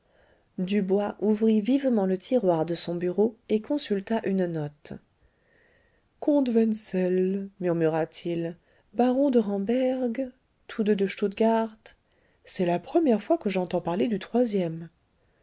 dubois ouvrit vivement le tiroir de sou bureau et consulta une note comte wenzel murmura-t-il baron de ramberg tous deux de stuttgard c'est la première fois que j'entends parler du troisième